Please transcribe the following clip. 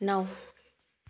नौ